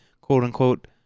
quote-unquote